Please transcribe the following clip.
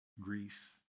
grief